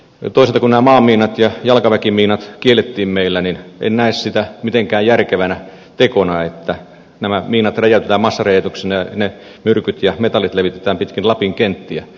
toisaalta kun nämä maamiinat ja jalkaväkimiinat kiellettiin meillä niin en näe sitä mitenkään järkevänä tekona että nämä miinat räjäytetään massaräjäytyksenä ja ne myrkyt ja metallit levitetään pitkin lapin kenttiä